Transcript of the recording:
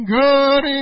good